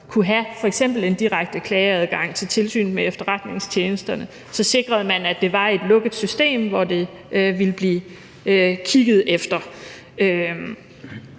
kunne have f.eks. en direkte klageadgang til Tilsynet med Efterretningstjenesterne. Så sikrede man, at det var i et lukket system, hvor det ville blive kigget efter,